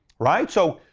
right? so,